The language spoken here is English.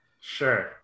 Sure